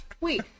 wait